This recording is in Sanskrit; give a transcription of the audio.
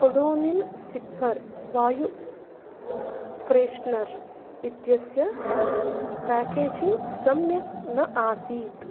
ओडोनिल् सिप्पर् वायु फ्रेश्नर् इत्यस्य पेकेजिङ्ग् सम्यक् न आसीत्